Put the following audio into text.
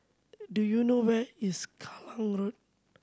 do you know where is Kallang Road